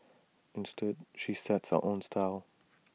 instead she sets her own style